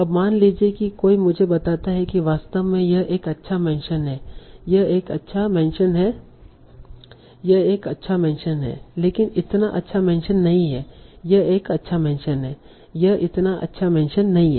अब मान लीजिए कि कोई मुझे बताता है कि वास्तव में यह एक अच्छा मेंशन है यह एक अच्छा मेंशन है यह एक अच्छा मेंशन है लेकिन यह इतना अच्छा मेंशन नहीं है यह एक अच्छा मेंशन है यह इतना अच्छा मेंशन नहीं है